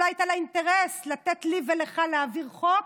שלא היה לה אינטרס לתת לי ולך להעביר חוק,